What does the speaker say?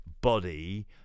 body